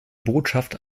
botschaft